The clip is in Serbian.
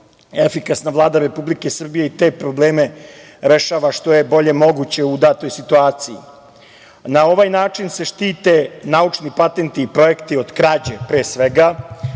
efikasna Vlada Republike Srbije i te probleme rešava što je bolje moguće u datoj situaciji. Na ovaj način se štite naučni patenti i projekti od krađe, pre svega,